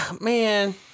man